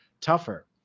tougher